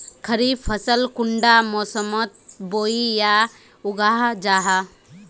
खरीफ फसल कुंडा मोसमोत बोई या उगाहा जाहा?